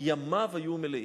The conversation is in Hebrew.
שלא פעם היו אומרים: